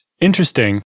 interesting